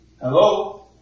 Hello